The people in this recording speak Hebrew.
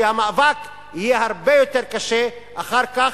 כי המאבק יהיה הרבה יותר קשה אחר כך.